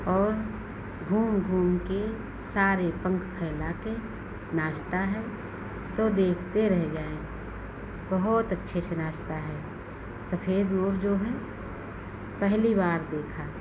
और घूम घूमकर सारे पंख फैलाकर नाचता है तो देखते रहे जाएँ बहुत अच्छे से नाचता है सफेद मोर जो है पहली बार देखा